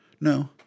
No